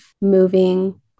moving